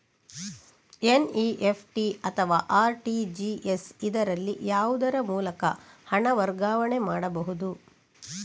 NEFT ಅಥವಾ RTGS, ಇದರಲ್ಲಿ ಯಾವುದರ ಮೂಲಕ ಹಣ ವರ್ಗಾವಣೆ ಮಾಡಬಹುದು?